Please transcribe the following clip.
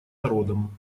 народом